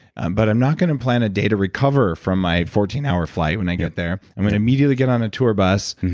but i'm not going to plan a day to recover from my fourteen hour flight when i get there. i'm going immediately get on a tour bus.